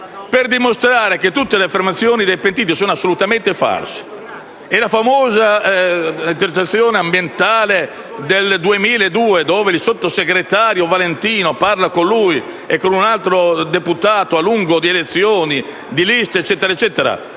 per dimostrare che tutte le affermazioni dei pentiti sono assolutamente false. La famosa intercettazione ambientale del 2002, in cui il sottosegretario Valentino parla a lungo con cui e con un altro deputato di elezioni e liste, è agli atti,